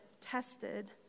tested